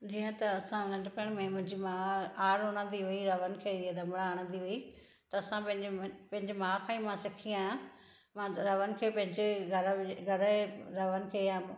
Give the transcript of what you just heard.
जीअं त असां नंढपण में मुंहिंजी माउ आर रवंदी हुई रवनि खे दमिड़ा हणंदी हुई त असां पंहिंजे पंहिंजे माउ खां ही मां सिखी आहियां मां रवनि खे पंहिंजे घर में घर जे रवनि खे या